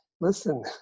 listen